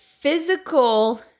physical